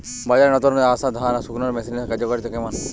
বাজারে নতুন আসা ধান শুকনোর মেশিনের কার্যকারিতা কেমন?